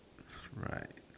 that's right